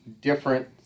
different